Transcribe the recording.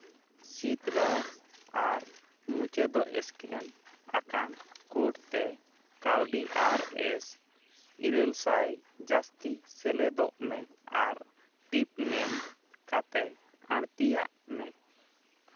ᱥᱤᱛᱨᱟᱥ ᱟᱨ ᱢᱩᱪᱟᱹᱫᱚᱜ ᱥᱠᱮᱱ ᱟᱠᱟᱱ ᱠᱳᱰ ᱛᱮ ᱠᱟᱹᱣᱰᱤ ᱟᱨ ᱮᱥ ᱤᱨᱟᱹᱞ ᱥᱟᱭ ᱡᱟᱹᱥᱛᱤ ᱥᱮᱞᱮᱫᱚᱜ ᱢᱮ ᱟᱨ ᱴᱤᱯᱢᱮᱢ ᱠᱟᱛᱮ ᱟᱬᱛᱤᱭᱟᱜ ᱢᱮ